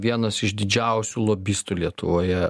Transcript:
vienas iš didžiausių lobistų lietuvoje